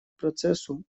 процессу